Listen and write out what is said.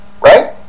right